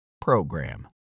PROGRAM